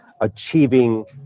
achieving